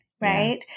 right